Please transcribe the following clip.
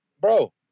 bro